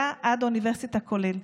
מלידה עד האוניברסיטה, כולל.